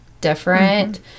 different